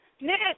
Nick